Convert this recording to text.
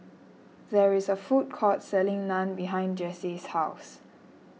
there is a food court selling Naan behind Jase's house